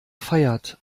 feiert